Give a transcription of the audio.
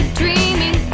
dreaming